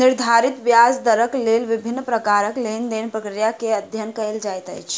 निर्धारित ब्याज दरक लेल विभिन्न प्रकारक लेन देन प्रक्रिया के अध्ययन कएल जाइत अछि